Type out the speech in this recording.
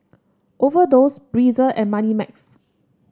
Overdose Breezer and Moneymax